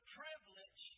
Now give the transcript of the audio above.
privilege